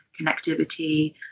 connectivity